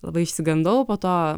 labai išsigandau o po to